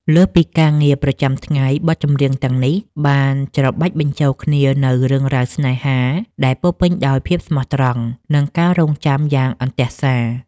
លើសពីការងារប្រចាំថ្ងៃ បទចម្រៀងទាំងនេះបានច្របាច់បញ្ចូលគ្នានូវរឿងរ៉ាវស្នេហាដែលពោរពេញដោយភាពស្មោះត្រង់ និងការរង់ចាំយ៉ាងអន្ទះសារ។